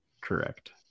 correct